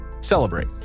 celebrate